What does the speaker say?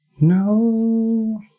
No